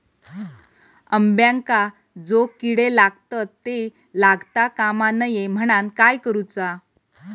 अंब्यांका जो किडे लागतत ते लागता कमा नये म्हनाण काय करूचा?